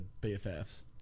BFFs